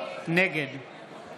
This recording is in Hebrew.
נגד